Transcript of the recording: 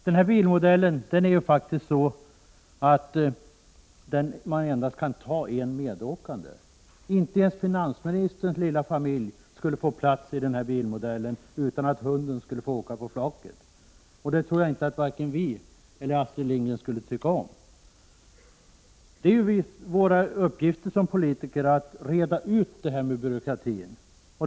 Den bilmodell som frågan handlar om är byggd så att man endast kanhaen Prot. 1988/89:21 passagerare. Inte ens finansministerns lilla familj skulle få plats i bilmodel 10 november 1988 len, utan att hunden skulle få åka på flaket. Jag tror inte att vare sig vi eller. = JZdmms odon Astrid Lindgren skulle tycka om något sådant. Det är vår uppgift som politiker att reda ut byråkratin.